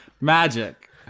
Magic